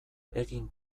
egin